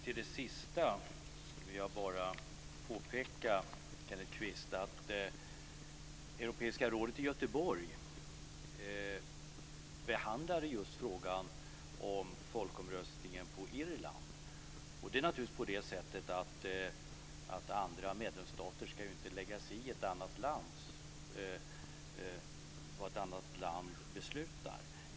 Fru talman! Jag vill bara påpeka att Europeiska rådet behandlade frågan om folkomröstningen i Irland i Göteborg. Andra medlemsstater ska ju inte lägga sig i vad ett annat land beslutar.